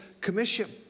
commission